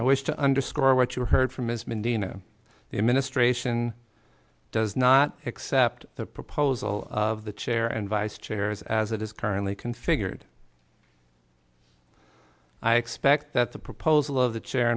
i wish to underscore what you heard from ms menino the administration does not accept the proposal of the chair and vice chair as as it is currently configured i expect that the proposal of the chair